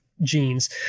genes